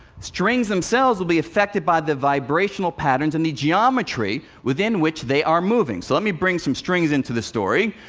strings themselves will be affected by the vibrational patterns in the geometry within which they are moving. so let me bring some strings into the story.